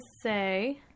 say